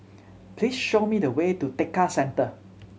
please show me the way to Tekka Centre